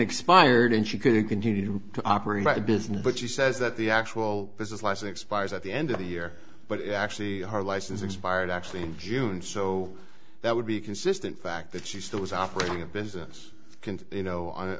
expired and she could continue to operate a business but she says that the actual business license buyers at the end of the year but actually her license expired actually in june so that would be consistent fact that she still was operating a business can you kno